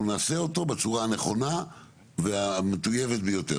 נעשה אותו בצורה הנכונה והמטויבת ביותר.